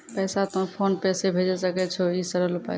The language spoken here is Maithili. पैसा तोय फोन पे से भैजै सकै छौ? ई सरल उपाय छै?